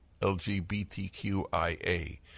L-G-B-T-Q-I-A